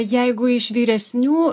jeigu iš vyresnių